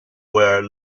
where